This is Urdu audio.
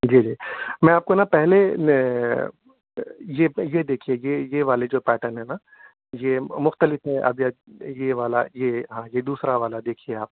جی جی میں آپ کو نہ پہلے یہ دیکھئے یہ والے جو پیٹرن ہیں نہ یہ مختلف ہیں اب جیسے یہ والا یہ ہاں یہ دوسرا والا دیکھیے آپ